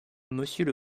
monsieur